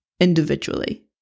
individually